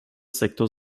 sektor